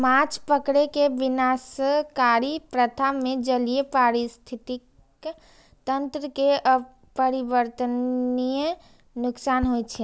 माछ पकड़ै के विनाशकारी प्रथा मे जलीय पारिस्थितिकी तंत्र कें अपरिवर्तनीय नुकसान होइ छै